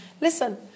Listen